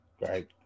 right